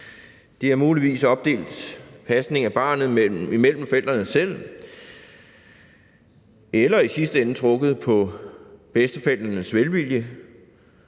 De har muligvis opdelt pasning af barnet mellem sig selv eller i sidste ende trukket på bedsteforældrenes velvilje,